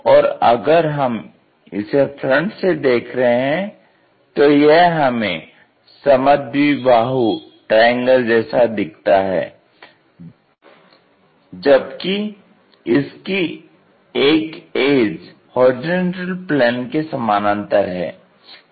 और अगर हम इसे फ्रंट से देख रहे हैं तो यह हमें समद्विबाहु ट्रायंगल जैसा दिखता है जबकि इसकी एक एज HP के समानांतर है